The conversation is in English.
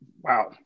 Wow